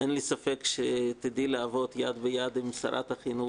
אין לי ספק שתדעי לעבוד יד ביד עם שרת החינוך,